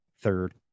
third